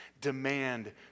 demand